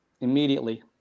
immediately